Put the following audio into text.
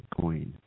Bitcoin